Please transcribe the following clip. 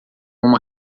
uma